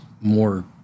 more